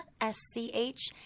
S-C-H